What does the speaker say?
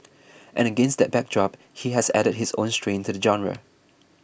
and against that backdrop he has added his own strain to the genre